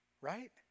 right